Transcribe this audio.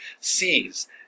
Sees